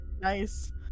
Nice